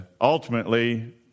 ultimately